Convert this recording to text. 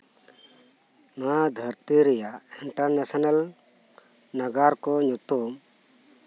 ᱱᱚᱶᱟ ᱫᱷᱟᱹᱨᱛᱤ ᱨᱮᱭᱟᱜ ᱤᱱᱴᱟᱨᱱᱮᱥᱱᱮᱞ ᱱᱟᱜᱟᱨ ᱠᱚ ᱧᱩᱛᱩᱢ